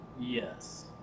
yes